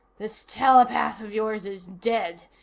this telepath of yours is dead,